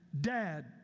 Dad